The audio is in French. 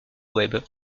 web